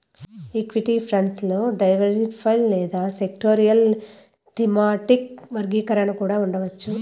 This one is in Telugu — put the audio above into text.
ఈక్విటీ ఫండ్స్ లో డైవర్సిఫైడ్ లేదా సెక్టోరల్, థీమాటిక్ వర్గీకరణ కూడా ఉండవచ్చు